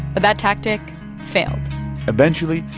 but that tactic failed eventually,